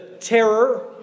terror